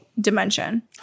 dimension